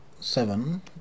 Seven